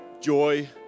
joy